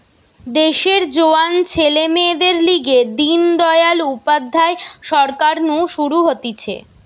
দেশের জোয়ান ছেলে মেয়েদের লিগে দিন দয়াল উপাধ্যায় সরকার নু শুরু হতিছে